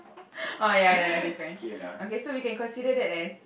oh ya ya ya different okay so we can consider that as